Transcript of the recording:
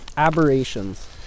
Aberrations